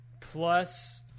Plus